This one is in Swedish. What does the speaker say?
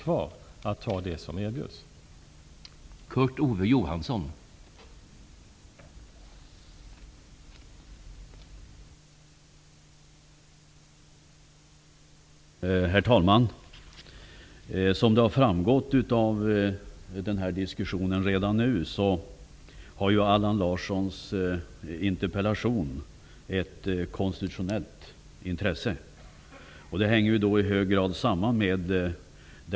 Eller fanns bara den senare möjligheten kvar?